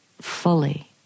fully